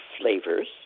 flavors